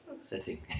setting